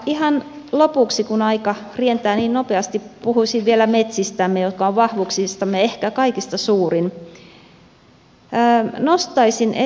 ihan lopuksi kun aika rientää niin nopeasti puhuisin vielä metsistämme jotka ovat vahvuuksistamme ehkä kaikista suurin